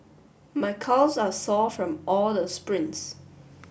my calves are sore from all the sprints